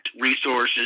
resources